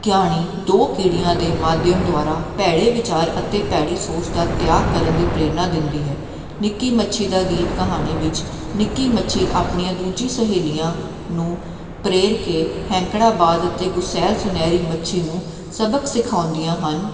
ਕਹਾਣੀ ਦੋ ਕੀੜੀਆਂ ਦੇ ਮਾਧਿਅਮ ਦੁਆਰਾ ਭੈੜੇ ਵਿਚਾਰ ਅਤੇ ਭੈੜੀ ਸੋਚ ਦਾ ਤਿਆਗ ਕਰਨ ਦੀ ਪ੍ਰੇਰਨਾ ਦਿੰਦੀ ਹੈ ਨਿੱਕੀ ਮੱਛੀ ਦਾ ਗੀਤ ਕਹਾਣੀ ਵਿੱਚ ਨਿੱਕੀ ਮੱਛੀ ਆਪਣੀਆਂ ਦੂਜੀ ਸਹੇਲੀਆਂ ਨੂੰ ਪ੍ਰੇਰ ਕੇ ਹੈਂਕੜਾਬਾਦ ਅਤੇ ਗੁਸੈਲ ਸੁਨਹਿਰੀ ਮੱਛੀ ਨੂੰ ਸਬਕ ਸਿਖਾਉਂਦੀਆਂ ਹਨ